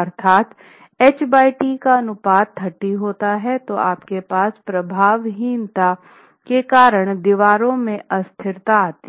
अर्थात ht का अनुपात 30 होता है तो आपके पास प्रभावहीनता के कारण दीवारों में अस्थिरता आती है